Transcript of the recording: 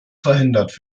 verhindert